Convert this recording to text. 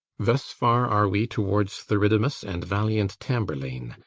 thus far are we towards theridamas, and valiant tamburlaine,